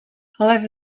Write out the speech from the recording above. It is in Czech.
lev